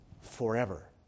forever